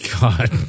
God